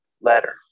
letter